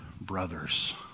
brothers